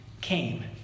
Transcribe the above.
came